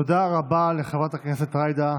תודה רבה לחברת הכנסת ג'ידא